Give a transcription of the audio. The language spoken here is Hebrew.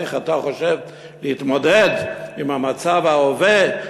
איך אתה חושב להתמודד עם המצב בהווה,